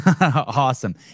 Awesome